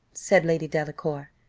said lady delacour,